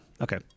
okay